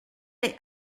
les